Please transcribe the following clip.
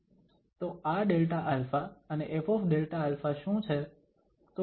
તો આ Δα અને FΔα શું છે